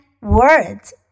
words